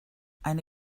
eine